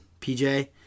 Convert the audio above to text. PJ